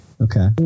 Okay